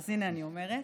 אז הינה אני אומרת.